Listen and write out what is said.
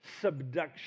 subduction